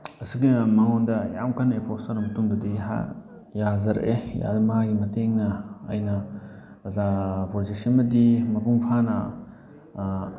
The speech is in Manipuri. ꯑꯁꯤꯒꯤ ꯃꯑꯣꯡꯗ ꯌꯥꯝ ꯀꯟꯅ ꯑꯦꯄ꯭ꯔꯣꯁ ꯇꯧꯔꯕ ꯃꯇꯨꯡꯗꯗꯤ ꯌꯥꯖꯔꯛꯑꯦ ꯃꯥꯒꯤ ꯃꯇꯦꯡꯅ ꯑꯩꯅ ꯗꯥꯇꯥ ꯄ꯭ꯔꯣꯖꯦꯛꯁꯤꯃꯗꯤ ꯃꯄꯨꯡ ꯐꯥꯅ